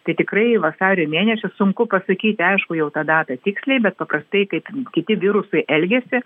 tai tikrai vasario mėnesį sunku pasakyti aišku jau tą datą tiksliai bet paprastai kaip kiti virusai elgiasi